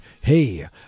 hey